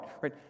right